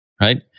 Right